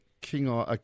King